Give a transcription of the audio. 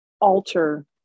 alter